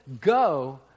go